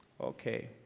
Okay